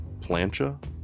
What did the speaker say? plancha